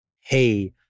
hey